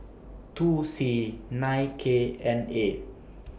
two C nine K N A